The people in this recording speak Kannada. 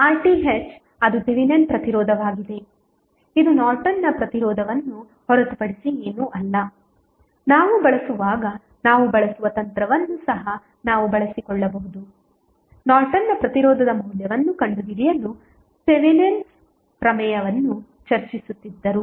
RTh ಅದು ಥೆವೆನಿನ್ ಪ್ರತಿರೋಧವಾಗಿದೆ ಇದು ನಾರ್ಟನ್ನ ಪ್ರತಿರೋಧವನ್ನು ಹೊರತುಪಡಿಸಿ ಏನೂ ಅಲ್ಲ ನಾವು ಬಳಸುವಾಗ ನಾವು ಬಳಸುವ ತಂತ್ರವನ್ನು ಸಹ ನಾವು ಬಳಸಿಕೊಳ್ಳಬಹುದು ನಾರ್ಟನ್ನ ಪ್ರತಿರೋಧದ ಮೌಲ್ಯವನ್ನು ಕಂಡುಹಿಡಿಯಲು ಥೆವೆನ್ಮ್ ಪ್ರಮೇಯವನ್ನು ಚರ್ಚಿಸುತ್ತಿದ್ದರು